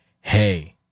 Hey